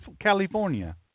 California